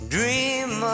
Dream